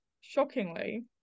Shockingly